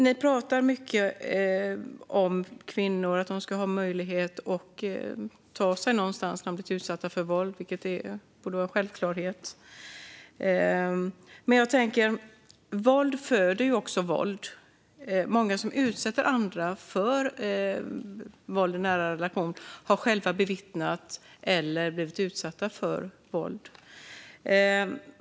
Ni pratar mycket om kvinnor och om att de ska ha möjlighet att ta sig någonstans när de har blivit utsatta för våld, vilket borde vara en självklarhet. Men jag tänker också på att våld föder våld. Många som utsätter andra för våld i nära relationer har själva bevittnat eller blivit utsatta för våld.